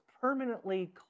permanently